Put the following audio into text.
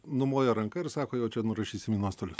numoja ranka ir sako jau čia nurašysim į nuostolius